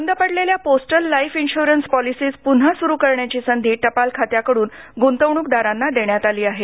बंद पडलेल्या postal life insurance policies पुन्हा सुरू करण्याची संधी टपाल खात्याकडून गुंतवणूकदारांना देण्यात आली आहे